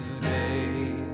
today